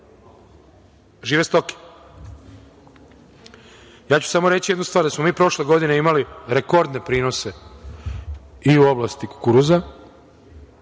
žive stoke. Samo ću reći jednu stvar, da smo prošle godine imali rekordne prinose i u oblasti kukuruza,